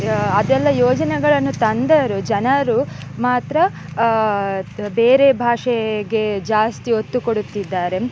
ಅದೆಲ್ಲ ಯೋಜನೆಗಳನ್ನು ತಂದರೂ ಜನರು ಮಾತ್ರ ಬೇರೆ ಭಾಷೆಗೆ ಜಾಸ್ತಿ ಹೊತ್ತು ಕೊಡುತ್ತಿದ್ದಾರೆ